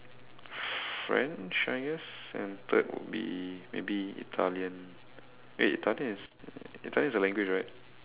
French I guess and third would be maybe Italian eh Italian is Italian is a language right